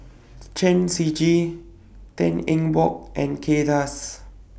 Chen Shiji Tan Eng Bock and Kay Das